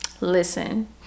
listen